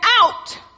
out